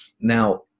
Now